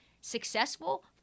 successful